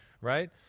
right